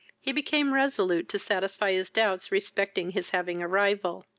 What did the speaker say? he became resolute to satisfy his doubts respecting his having a rival.